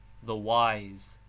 the wise.